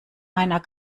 einer